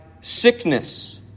sickness